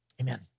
amen